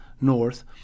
north